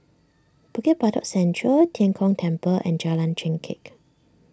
Bukit Batok Central Tian Kong Temple and Jalan Chengkek